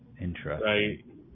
Interesting